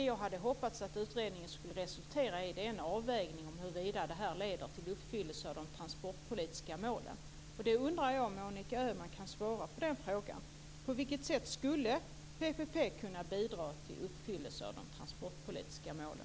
Jag hade hoppats att utredningen skulle resultera i en avvägning när det gäller huruvida det här leder till en uppfyllelse av de transportpolitiska målen. Jag undrar om Monica Öhman kan svara på frågan: På vilket sätt skulle PPP kunna bidra till uppfyllelse av de transportpolitiska målen?